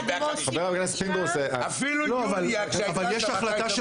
אבל יש החלטה של